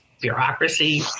bureaucracy